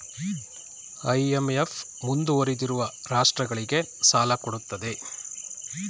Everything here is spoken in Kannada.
ಐ.ಎಂ.ಎಫ್ ಮುಂದುವರಿದಿರುವ ರಾಷ್ಟ್ರಗಳಿಗೆ ಸಾಲ ಕೊಡುತ್ತದೆ